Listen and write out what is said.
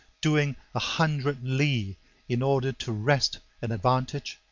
doing a hundred li in order to wrest an advantage,